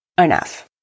enough